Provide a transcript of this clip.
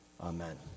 Amen